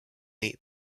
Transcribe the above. eat